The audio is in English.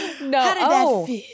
No